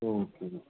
okay